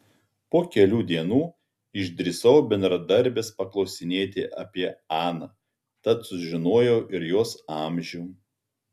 po kelių dienų išdrįsau bendradarbės paklausinėti apie aną tad sužinojau ir jos amžių